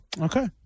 Okay